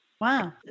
Wow